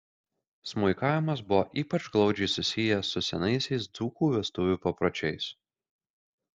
smuikavimas buvo ypač glaudžiai susijęs su senaisiais dzūkų vestuvių papročiais